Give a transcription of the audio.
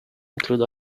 include